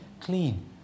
clean